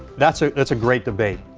that's ah that's a great debate.